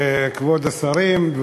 כבוד השרים,